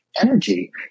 energy